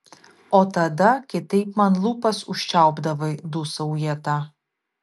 o tada kitaip man lūpas užčiaupdavai dūsauja ta